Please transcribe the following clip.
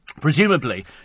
Presumably